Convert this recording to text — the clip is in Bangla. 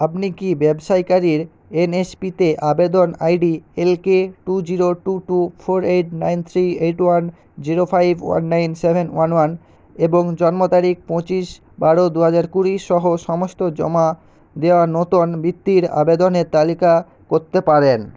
আপনি কি ব্যবসায়ীকারীর এন এস পি তে আবেদন ID L K two zero two two four eight nine three eight one zero five one nine seven one one এবং জন্ম তারিখ পঁচিশ বারো দু হাজার কুড়ি সহ সমস্ত জমা দেওয়ার মতো বৃত্তির আবেদনের তালিকা করতে পারেন